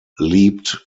leapt